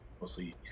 mostly